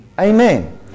Amen